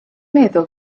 meddwl